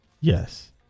Yes